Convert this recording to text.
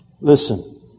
Listen